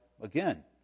again